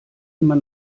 immer